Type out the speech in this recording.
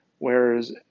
Whereas